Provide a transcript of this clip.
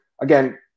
again